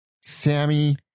Sammy